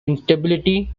instability